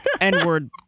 N-word